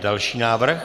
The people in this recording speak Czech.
Další návrh.